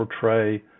portray